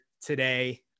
today